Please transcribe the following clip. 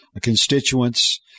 constituents